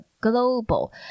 Global